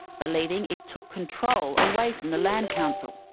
believing it took control away from the land council.